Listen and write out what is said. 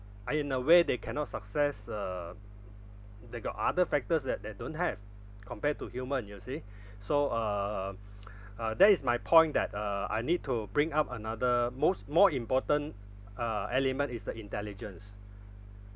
uh in a way they cannot success uh they got other factors that they don't have compare to human you see so uh uh that is my point that uh I need to bring up another most more important uh element is the intelligence